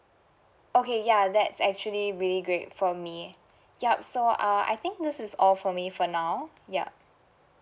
okay ya that's actually really great for me yup so uh I think this is all for me for now yup